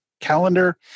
calendar